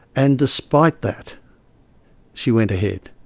and despite that she went ahead.